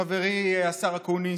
חברי השר אקוניס?